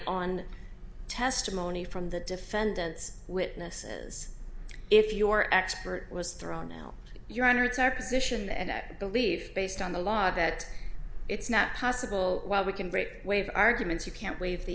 on testimony from the defendant's witnesses if your expert was thrown out your honor it's our position and i believe based on the law that it's not possible while we can break waive arguments you can't waive the